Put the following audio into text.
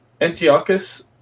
Antiochus